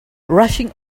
rushing